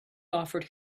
offered